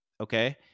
okay